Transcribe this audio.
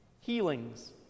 Healings